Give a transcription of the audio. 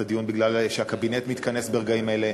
את הדיון בגלל שהקבינט מתכנס ברגעים אלה.